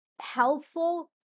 helpful